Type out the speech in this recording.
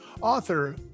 author